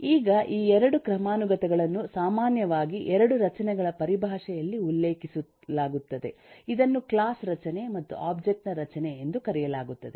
ಈಗ ಈ 2 ಕ್ರಮಾನುಗತಗಳನ್ನು ಸಾಮಾನ್ಯವಾಗಿ 2 ರಚನೆಗಳ ಪರಿಭಾಷೆಯಲ್ಲಿ ಉಲ್ಲೇಖಿಸಲಾಗುತ್ತದೆ ಇದನ್ನು ಕ್ಲಾಸ್ ರಚನೆ ಮತ್ತು ಒಬ್ಜೆಕ್ಟ್ ನ ರಚನೆ ಎಂದು ಕರೆಯಲಾಗುತ್ತದೆ